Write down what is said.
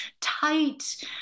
tight